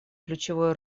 ключевой